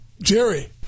Jerry